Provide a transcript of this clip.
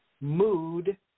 mood